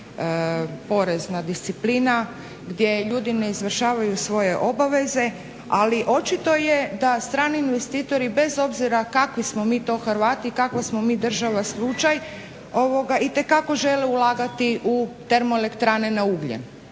porezna disciplina, gdje ljudi ne izvršavaju svoje obaveze. Ali očito je da strani investitori bez obzira kakvi smo mi to Hrvati i kakva smo mi država slučaj itekako žele ulagati u termo elektrane na ugljen.